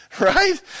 right